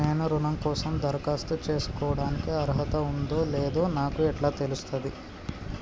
నేను రుణం కోసం దరఖాస్తు చేసుకోవడానికి అర్హత ఉందో లేదో నాకు ఎట్లా తెలుస్తది?